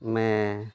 may